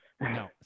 No